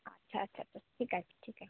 আচ্ছা আচ্ছা আচ্ছা ঠিক আছে ঠিক আছে